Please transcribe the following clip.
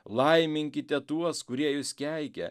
laiminkite tuos kurie jus keikia